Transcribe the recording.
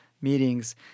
meetings